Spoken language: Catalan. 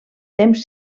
temps